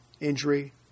injury